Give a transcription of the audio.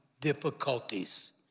difficulties